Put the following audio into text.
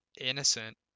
innocent